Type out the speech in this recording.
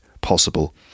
possible